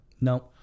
No